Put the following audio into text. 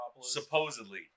Supposedly